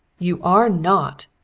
you are not!